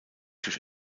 durch